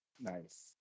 Nice